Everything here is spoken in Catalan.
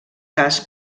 cas